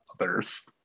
others